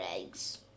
eggs